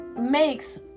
makes